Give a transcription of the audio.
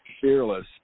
fearless